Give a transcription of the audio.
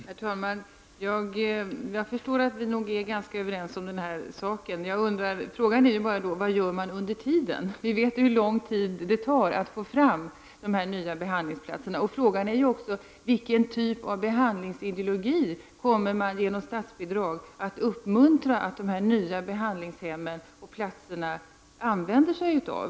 Herr talman! Jag förstår att vi är överens om saken. Frågan är då: Vad gör man under tiden? Vi vet hur lång tid det tar att få fram nya behandlingsplatser. Vilken typ av behandlingsideologi kommer man genom statsbidrag att uppmuntra vid de nya behandlingshemmen och behandlingsplatserna?